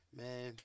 man